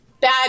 bad